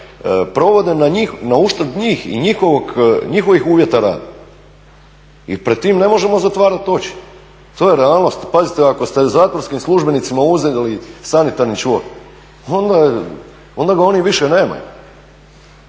provode na uštrb njih i njihovih uvjeta rada i pred tim ne možemo zatvarati oči. To je realnost. Pazite, ako ste zatvorskim službenicima uzeli sanitarni čvor, onda ga oni više nemaju,